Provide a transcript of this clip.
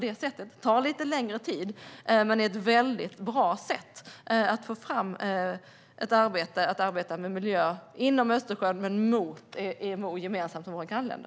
Det tar lite längre tid, men det är ett väldigt bra sätt att arbeta med miljön inom Östersjön gemensamt med IMO och våra grannländer.